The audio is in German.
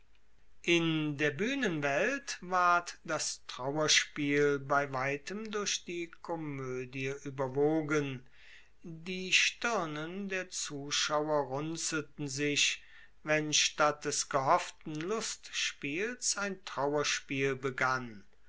in der buehnenwelt ward das trauerspiel bei weitem durch die komoedie ueberwogen die stirnen der zuschauer runzelten sich wenn statt des gehofften lustspiels ein trauerspiel begann